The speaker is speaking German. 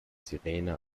sirene